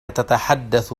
تتحدث